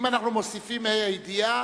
אם אנחנו מוסיפים ה"א הידיעה,